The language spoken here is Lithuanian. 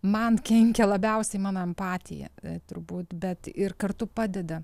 man kenkia labiausiai mano empatija turbūt bet ir kartu padeda